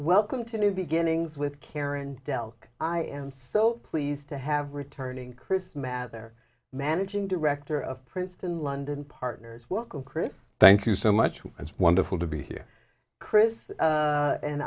welcome to new beginnings with karen delk i am so pleased to have returning chris mather managing director of princeton london partners welcome chris thank you so much it's wonderful to be here chris